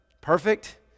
Perfect